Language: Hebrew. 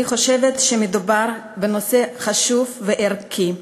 אני חושבת שמדובר בנושא חשוב וערכי.